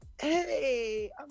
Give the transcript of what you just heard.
hey